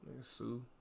sue